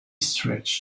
stretch